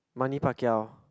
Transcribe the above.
Manny Pacquiao